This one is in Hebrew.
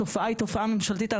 התופעה היא תופעה ממשלתית.